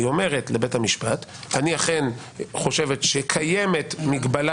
היא אומרת לבית המשפט שאני אכן חושבת שקיימת מגבלה